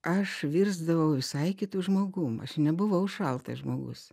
aš virsdavau visai kitu žmogum aš nebuvau šaltas žmogus